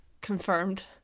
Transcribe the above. confirmed